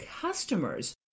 customers